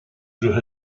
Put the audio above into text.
through